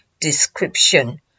description